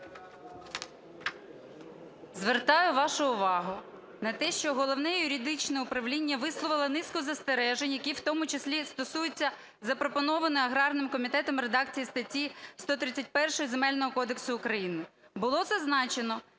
Звертаю вашу увагу на те, що Головне юридичне управління висловило низку застережень, які в тому числі стосуються запропонованої аграрним комітетом редакції статті 131 Земельного кодексу України. Було зазначено,